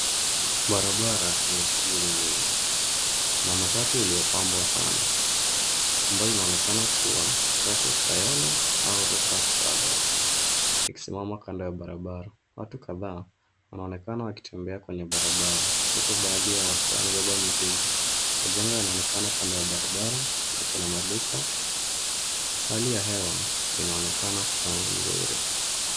Barabara yenye shughuli nyingi. Kuna matatu iliyopambwa sana ambayo inaonekana kuwa Kratos Kayole au Lopha Travels, ikisimama kando ya barabara. Watu kadhaa wanaonekana wakitembea kwenye barabara, huku baadhi yao wakiwa wamebeba mizigo, majengo yanaonekana kando ya barabara na kuna maduka. Hali ya hewa inaonekana kuwa nzuri.